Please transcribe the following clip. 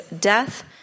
death